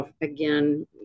again